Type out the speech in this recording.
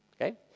okay